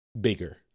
bigger